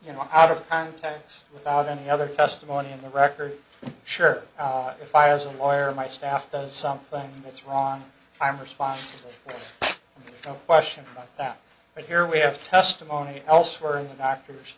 you know out of context without any other testimony in the record sure if i was a lawyer and my staff does something that's wrong i'm responsible no question about that but here we have testimony elsewhere doctors